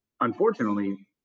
unfortunately